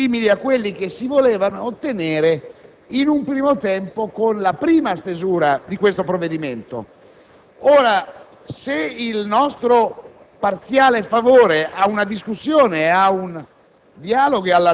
un decreto-legge che ottenga risultati pressoché simili a quelli che si volevano ottenere, in un primo tempo, con la prima stesura del provvedimento